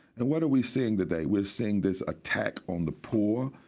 and what are we seeing today? we're seeing this attack on the poor,